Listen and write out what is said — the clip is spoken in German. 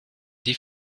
die